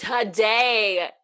today